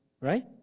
right